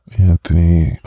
Anthony